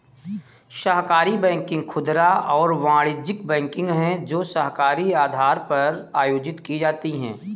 सहकारी बैंकिंग खुदरा और वाणिज्यिक बैंकिंग है जो सहकारी आधार पर आयोजित की जाती है